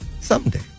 Someday